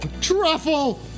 Truffle